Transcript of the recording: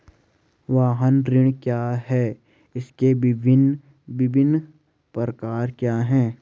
वाहन ऋण क्या है इसके विभिन्न प्रकार क्या क्या हैं?